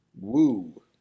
Woo